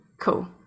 cool